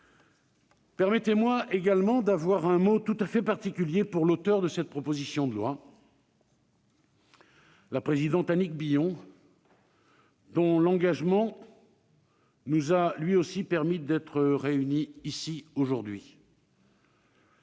Permettez-moi également d'avoir un mot tout à fait particulier pour l'auteure de cette proposition de loi, la présidente Annick Billon dont l'engagement nous a, lui aussi, permis d'être réunis ici aujourd'hui.